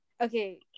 okay